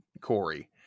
Corey